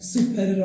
Super